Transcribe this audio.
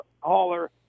hauler